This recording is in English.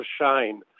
shine